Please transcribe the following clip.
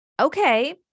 Okay